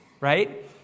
Right